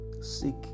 seek